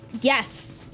Yes